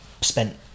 spent